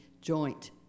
joint